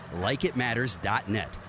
likeitmatters.net